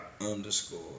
Underscore